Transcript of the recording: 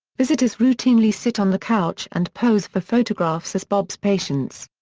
visitors routinely sit on the couch and pose for photographs as bob's patients.